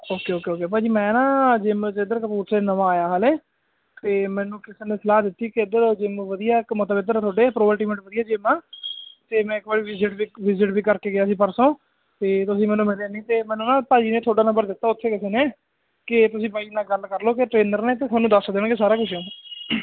okay okay okay ਭਾਜੀ ਮੈਂ ਨਾ ਜਿਮ 'ਚ ਇਧਰ ਕਪੂਰਥਲੇ ਨਵਾਂ ਆਇਆਂ ਹਲੇ ਅਤੇ ਮੈਨੂੰ ਕਿਸੇ ਨੇ ਸਲਾਹ ਦਿੱਤੀ ਕਿ ਇੱਧਰ ਜਿਮ ਵਧੀਆ ਇੱਕ ਮਤਲਬ ਇੱਧਰ ਤੁਹਾਡੇ ਪ੍ਰੋ ਅਲਟੀਮੇਟ ਵਧੀਆ ਜਿੰਮ ਅ ਤਾਂ ਮੈਂ ਇੱਕ ਵਾਰ ਵੀ ਵਿਜਿਟ ਵੀ ਕਰਕੇ ਗਿਆ ਸੀ ਪਰਸੋਂ ਤਾਂ ਤੁਸੀਂ ਮੈਨੂੰ ਮਿਲੇ ਨਹੀਂ ਅਤੇ ਮੈਨੂੰ ਨਾ ਭਾਜੀ ਨੇ ਤੁਹਾਡਾ ਨੰਬਰ ਦਿੱਤਾ ਉੱਥੇ ਕਿਸੇ ਨੇ ਕਿ ਤੁਸੀਂ ਬਾਈ ਨਾਲ ਗੱਲ ਕਰ ਲਓ ਕਿ ਟਰੇਨਰ ਨੇ ਅਤੇ ਤੁਹਾਨੂੰ ਦੱਸ ਦੇਣਗੇ ਸਾਰਾ ਕੁਛ